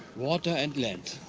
water and land.